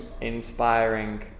inspiring